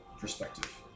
perspective